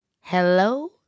Hello